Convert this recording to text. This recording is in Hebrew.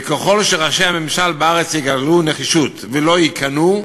וככל שראשי הממשל בארץ יגלו נחישות ולא ייכנעו,